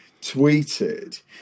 tweeted